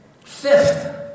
Fifth